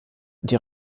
die